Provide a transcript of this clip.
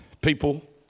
people